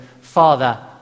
Father